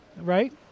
right